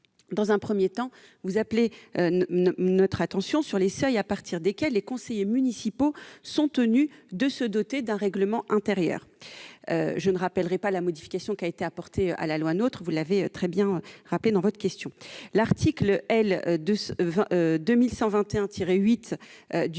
du droit local. Vous appelez notre attention, premièrement, sur les seuils à partir desquels les conseils municipaux sont tenus de se doter d'un règlement intérieur. Je ne rappellerai pas les modifications qui ont été apportées par la loi NOTRe- vous l'avez très bien fait dans votre question. L'article L. 2121-8 du